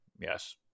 Yes